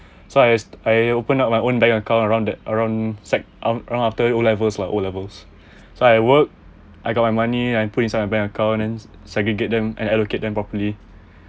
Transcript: so as I open up my own bank account around the around sec around after o levels lah o levels so I work I got my money I put inside a bank account then segregate them and allocate them properly